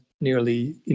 nearly